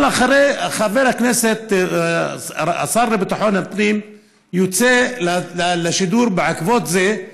אבל חבר הכנסת השר לביטחון הפנים יוצא לשידור בעקבות זה,